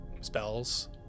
spells